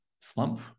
slump